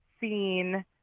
seen